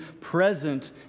present